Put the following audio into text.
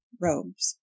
robes